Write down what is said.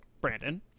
Brandon